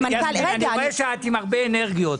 אני רואה שאת עם הרבה אנרגיות,